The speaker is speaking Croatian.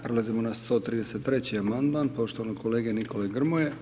Prelazimo na 133 amandman poštovanog kolege Nikole Grmoje.